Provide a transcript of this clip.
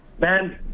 man